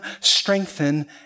strengthen